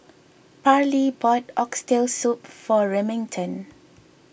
Parley bought Oxtail Soup for Remington